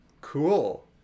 cool